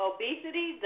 Obesity